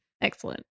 Excellent